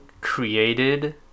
created